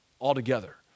altogether